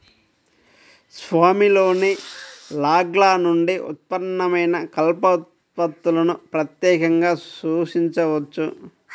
స్వామిలోని లాగ్ల నుండి ఉత్పన్నమైన కలప ఉత్పత్తులను ప్రత్యేకంగా సూచించవచ్చు